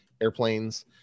airplanes